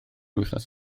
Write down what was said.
wythnos